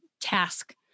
task